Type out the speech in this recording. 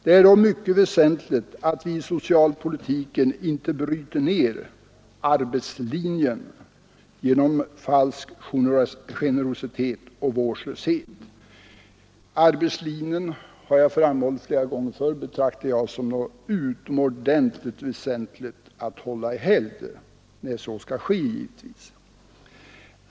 Det är dock mycket väsentligt att vi i socialpolitiken inte bryter ner ”arbetslinjen” genom falsk generositet och vårdslöshet. Jag har flera gånger förut framhållit att jag betraktar det som utomordentligt väsentligt att hålla ”arbetslinjen” i helgd, givetvis när så kan ske.